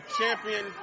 champion